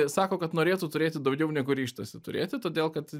sako kad norėtų turėti daugiau negu ryžtasi turėti todėl kad